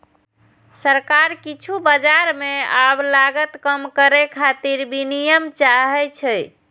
सरकार किछु बाजार मे आब लागत कम करै खातिर विनियम चाहै छै